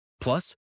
Plus